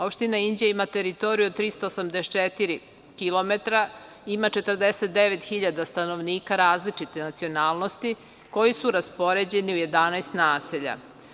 Opština Inđija ima teritoriju od 384 kilometra, ima 49.000 stanovnika različite nacionalnosti koji su raspoređeni u 11 naselja.